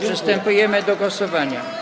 Przystępujemy do głosowania.